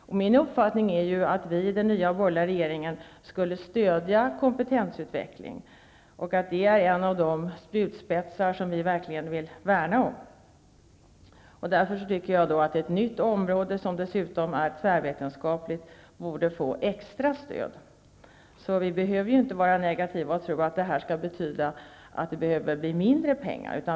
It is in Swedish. Min uppfattning är att vi i den nya borgerliga regeringen skall stödja kompetensutveckling och att det är en av de spjutspetsar som vi verkligen bör värna om. Ett nytt område, som dessutom är tvärvetenskapligt, borde få extra stöd. Vi behöver inte vara negativa och tro att detta skall betyda att det blir mindre pengar.